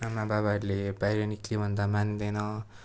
आमा बाबाहरूले बाहिर निस्कि भन्दा मान्दैन